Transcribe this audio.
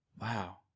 Wow